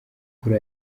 kuri